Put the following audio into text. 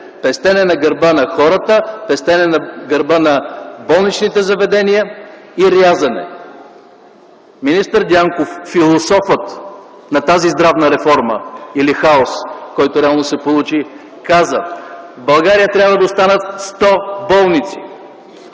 пестене на гърба на хората, пестене на гърба на болничните заведения и рязане. Министър Дянков, философът на тази здравна реформа или хаос, който реално се получи каза: „В България трябва да останат 100 болници.”